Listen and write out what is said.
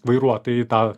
vairuotojai tą